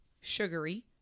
sugary